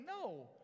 No